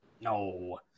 No